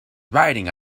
riding